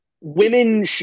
women